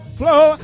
flow